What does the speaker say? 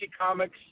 Comics